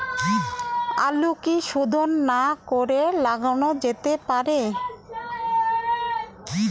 আলু কি শোধন না করে লাগানো যেতে পারে?